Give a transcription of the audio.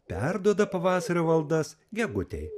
perduoda pavasario valdas gegutei